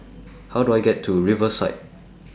How Do I get to Riverside